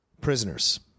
Prisoners